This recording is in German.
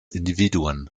individuen